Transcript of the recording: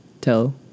tell